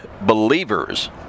believers